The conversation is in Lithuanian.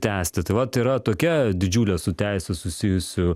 tęsti tai vat yra tokia didžiulė su teise susijusių